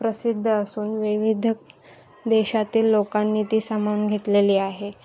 प्रसिद्ध असून विविध देशातील लोकांनी ती सामावून घेतलेली आहे